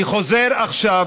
אנחנו לא עושים את העבודה שלנו.